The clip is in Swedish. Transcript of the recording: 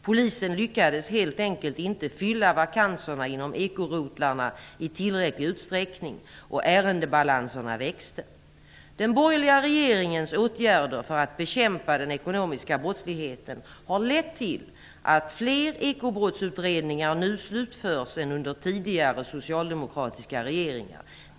Polisen lyckades helt enkelt inte fylla vakanserna inom ekorotlarna i tillräcklig utsträckning och ärendebalanserna växte. Den borgerliga regeringens åtgärder för att bekämpa den ekonomiska brottsligheten har lett till att fler ekobrottsutredningar nu slutförs än under tidigare socialdemokratiska regeringsperioder.